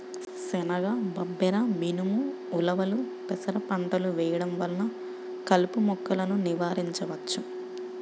శనగ, బబ్బెర, మినుము, ఉలవలు, పెసర పంటలు వేయడం వలన కలుపు మొక్కలను నివారించవచ్చు